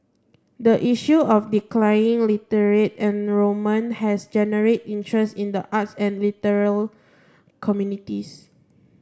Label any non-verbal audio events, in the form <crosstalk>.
the issue of declining <unintelligible> enrollment has generated interest in the arts and literary communities